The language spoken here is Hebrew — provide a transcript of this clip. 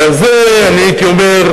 ועל זה אני הייתי אומר,